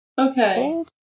Okay